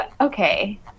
okay